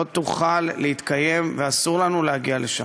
לא תוכל להתקיים, ואסור לנו להגיע לשם.